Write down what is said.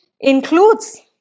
includes